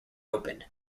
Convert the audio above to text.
open